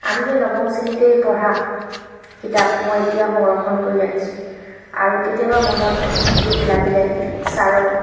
আমি সেই নৱম শ্ৰেণীতেই পঢ়া কিতাপ মই এতিয়া সংৰক্ষণ কৰি ৰাখিছোঁ আৰু কেতিয়াবা মনত দুখ লাগিলে ছাৰৰ